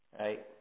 right